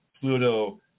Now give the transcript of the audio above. Pluto